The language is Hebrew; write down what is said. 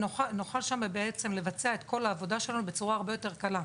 שנוכל לבצע שם את כל העבודה שלנו בצורה הרבה יותר קלה.